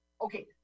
Okay